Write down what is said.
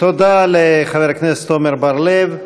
תודה לחבר הכנסת עמר בר-לב.